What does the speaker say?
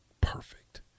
perfect